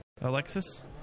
alexis